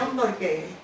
Porque